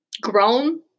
grown